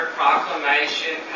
proclamation